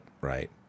right